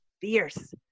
fierce